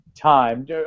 time